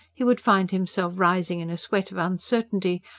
he would find himself rising in a sweat of uncertainty,